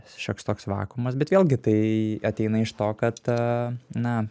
šioks toks vakuumas bet vėlgi tai ateina iš to kad a na